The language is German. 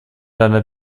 deiner